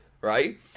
right